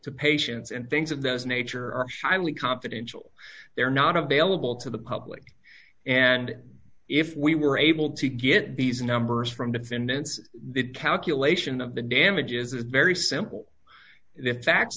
to patients and things of that nature are highly confidential they are not available to the public and if we were able to get these numbers from defendants the calculation of the damage is very simple the facts